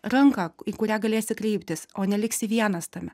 ranką į kurią galėsi kreiptis o neliksi vienas tame